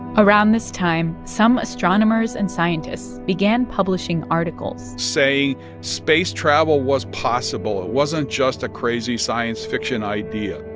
around this time, some astronomers and scientists began publishing articles. saying space travel was possible it wasn't just a crazy science fiction idea.